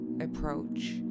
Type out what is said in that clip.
approach